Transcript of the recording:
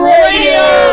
Radio